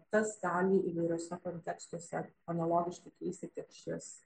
tas gali įvairiuose kontekstuose analogiškai keisti tiek šis